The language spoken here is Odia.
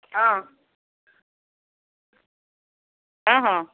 ହଁ ହଁ